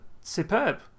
superb